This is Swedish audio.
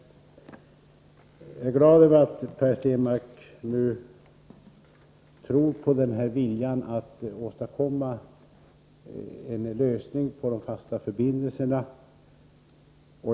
Jag är glad över att Per Stenmarck nu tror på viljan att åstadkomma en lösning beträffande de fasta förbindelserna.